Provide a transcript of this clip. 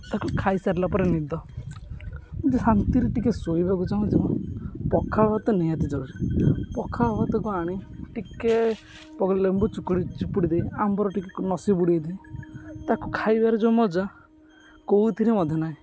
ତାକୁ ଖାଇସାରିଲା ପରେ ନିଦ ଶାନ୍ତିରେ ଟିକିଏ ଶୋଇବାକୁ ଚାହୁଁଛ ପଖାଳ ଭାତ ନିହାତି ଜରୁରୀ ପଖାଳ ଭାତକୁ ଆଣି ଟିକିଏ ଲେମ୍ବୁ ଚିପୁଡ଼ି ଚିପୁଡ଼ି ଦେଇ ଆମ୍ବର ଟିକିଏ ନସିି ବୁଡ଼େଇଦେଇ ତାକୁ ଖାଇବାରେ ଯେଉଁ ମଜା କେଉଁଥିରେ ମଧ୍ୟ ନାହିଁ